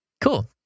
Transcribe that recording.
Cool